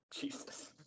Jesus